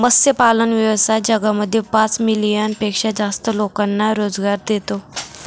मत्स्यपालन व्यवसाय जगामध्ये पाच मिलियन पेक्षा जास्त लोकांना रोजगार देतो